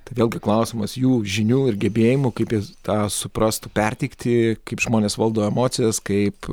tai vėlgi klausimas jų žinių ir gebėjimų kaip jie tą suprastų perteikti kaip žmonės valdo emocijas kaip